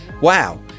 wow